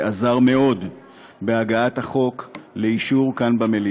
ועזר מאוד בהגעת החוק לאישור כאן,